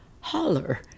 Holler